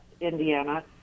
Indiana